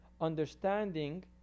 understanding